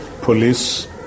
police